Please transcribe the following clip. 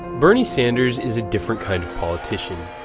bernie sanders is a different kind of politician.